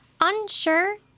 Unsure